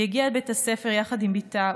היא הגיעה אל בית הספר יחד עם בתה,